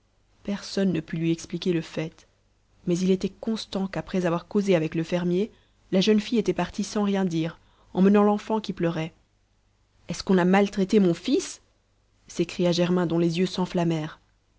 personne ne put lui expliquer le fait mais il était constant qu'après avoir causé avec le fermier la jeune fille était partie sans rien dire emmenant l'enfant qui pleurait est-ce qu'on a maltraité mon fils s'écria germain dont les yeux s'enflammèrent